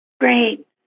Great